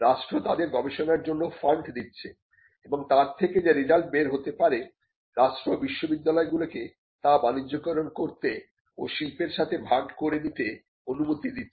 রাষ্ট্র তাদের গবেষণার জন্য ফান্ড দিচ্ছে এবং তার থেকে যা রেজাল্ট বের হতে পারে রাষ্ট্র বিশ্ববিদ্যালয়গুলোকে তা বাণিজ্যকরণ করতে ও শিল্পের সাথে ভাগ করে নিতে অনুমতি দিচ্ছে